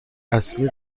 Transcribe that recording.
اصلی